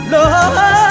Lord